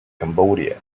cambodia